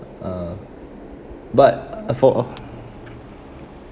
uh but for